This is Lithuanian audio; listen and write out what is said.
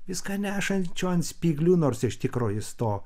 viską nešančio ant spyglių nors iš tikro jis to